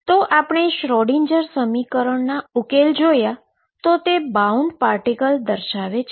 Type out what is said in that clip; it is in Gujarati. તો આપણે શ્રોડિંજર સમીકરણના ઉકેલ જોઈએ તો તે બાઉન્ડ પાર્ટીકલ દર્શાવે છે